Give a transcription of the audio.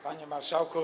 Panie Marszałku!